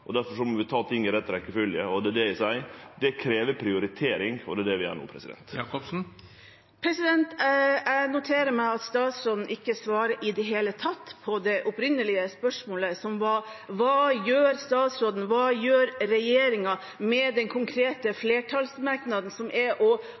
må vi ta ting i rett rekkjefølgje – det er det eg seier. Det krev prioritering, og det er det vi gjer no. Jeg noterer meg at statsråden ikke svarer i det hele tatt på det opprinnelige spørsmålet, som var: Hva gjør statsråden – hva gjør regjeringen – med den konkrete